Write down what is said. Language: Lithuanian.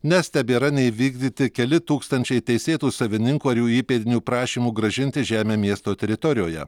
nes tebėra neįvykdyti keli tūkstančiai teisėtų savininkų ar jų įpėdinių prašymų grąžinti žemę miesto teritorijoje